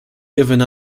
given